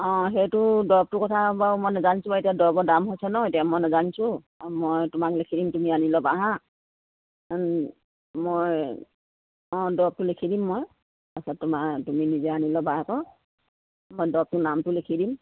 অঁ সেইটো দৰৱটো কথা বাৰু মই নেজানিছো বাও এতিয়া দৰৱৰ দাম হৈছে ন এতিয়া মই নেজানিছো মই তোমাক লিখি দিম তুমি আনি ল'বা আহাঁ মই অঁ দৰৱটো লিখি দিম মই তাৰপিছত তোমাৰ তুমি নিজে আনি ল'বা আকৌ মই দৰৱটোৰ নামটো লিখি দিম